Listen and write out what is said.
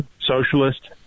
socialist